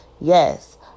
Yes